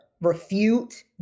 refute